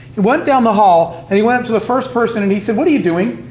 went down the hall, and he went up to the first person, and he said, what are you doing?